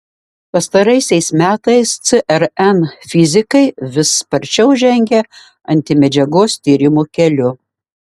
pastaraisiais metais cern fizikai vis sparčiau žengia antimedžiagos tyrimų keliu